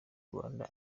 rwanda